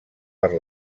per